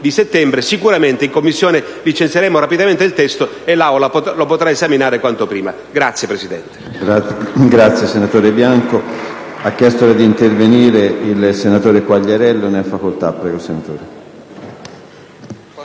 di settembre, sicuramente in Commissione licenzieremo rapidamente il testo e l'Aula lo potrà esaminare quanto prima. *(Applausi